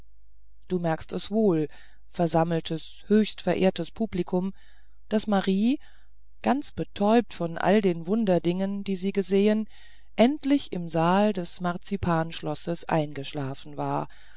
du merkst es wohl versammeltes höchst geehrtes publikum daß marie ganz betäubt von all den wunderdingen die sie gesehen endlich im saal des marzipanschlosses eingeschlafen war